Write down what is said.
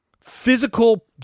Physical